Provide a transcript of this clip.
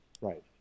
Right